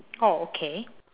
oh okay